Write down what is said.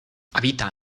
habita